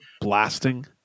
blasting